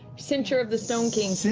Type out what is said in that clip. cincture of the stone king.